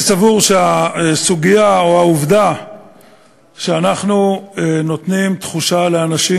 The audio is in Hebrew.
אני סבור שהסוגיה או העובדה שאנחנו נותנים תחושה לאנשים